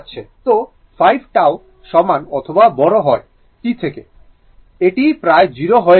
তো 5 τ সমান অথবা বড় হয় t থেকে এটি প্রায় 0 হয়ে যাবে